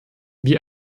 wir